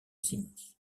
simons